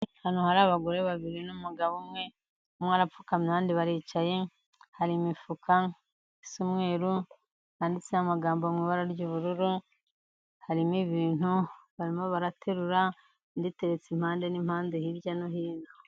Hano hari abagore babiri n'umugabo umwe umwe arapfukamye baricaye hari imifuka isa umweru yanditseho amagambo mu ibara ry'ubururu harimo ibintu barimo baraterura nditeretse impande n'impande hirya no hino.